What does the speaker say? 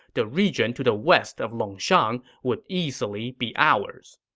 the region to the west of longshang would easily be ours.